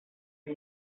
sie